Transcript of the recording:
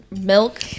milk